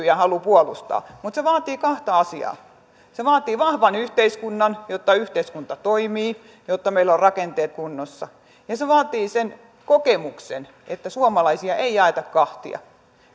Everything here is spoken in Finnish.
ja halu puolustaa mutta se vaatii kahta asiaa se vaatii vahvan yhteiskunnan jotta yhteiskunta toimii jotta meillä on rakenteet kunnossa ja ja se vaatii sen kokemuksen että suomalaisia ei jaeta kahtia